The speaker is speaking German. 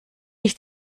ich